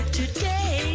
today